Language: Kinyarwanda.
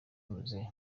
mzee